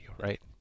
right